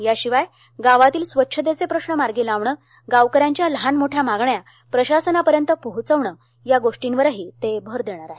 याशिवाय गावातील स्वच्छतेचे प्रश्न मार्गी लावणे गावकऱ्यांच्या लहान मोठ्या मागण्या प्रशासनापर्यंत पोहोचवणे या गोष्टींवरही ते भर देणार आहेत